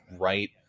right